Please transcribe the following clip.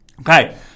okay